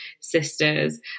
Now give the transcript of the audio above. sisters